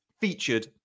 featured